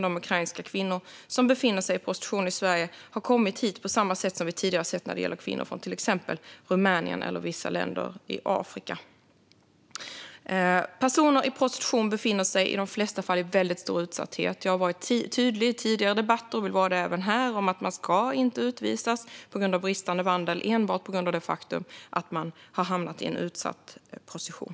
De ukrainska kvinnor som befinner sig i prostitution i Sverige har kommit hit på samma sätt som vi tidigare har sett när det gällt kvinnor från exempelvis Rumänien eller vissa länder i Afrika. Personer i prostitution befinner sig i de flesta fall i väldigt stor utsatthet. Jag har i tidigare debatter varit tydlig, och jag vill vara det även här, med att man inte ska utvisas för bristande vandel enbart på grund av det faktum att man har hamnat i en utsatt position.